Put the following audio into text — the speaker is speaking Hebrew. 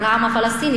של העם הפלסטיני,